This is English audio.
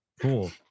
Cool